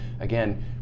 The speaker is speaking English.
again